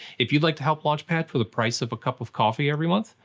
if you'd like to help launch pad for the price of cup of coffee every month,